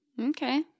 Okay